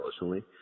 emotionally